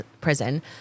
prison